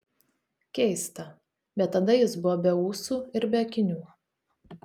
keista bet tada jis buvo be ūsų ir be akinių